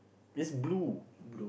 it's blue